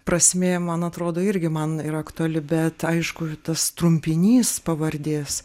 prasmė man atrodo irgi man yra aktuali bet aišku tas trumpinys pavardės